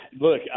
look